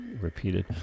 repeated